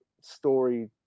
story